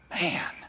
Man